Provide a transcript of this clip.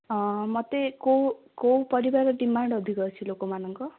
ହଁ ମୋତେ କେଉଁ କେଉଁ ପରିବାର ଡିମାଣ୍ଡ ଅଧିକ ଅଛି ଲୋକମାନଙ୍କ